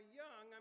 young